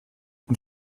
und